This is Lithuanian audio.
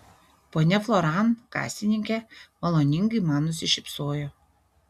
ponia floran kasininkė maloningai man nusišypsojo